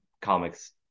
comics